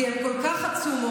כי הן כל כך עצומות,